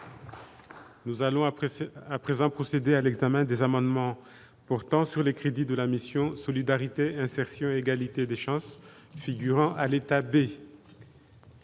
Nous allons apprécier à présent procéder à l'examen des amendements pourtant sur les crédits de la mission Solidarité, insertion et égalité des chances, figurant à l'État B..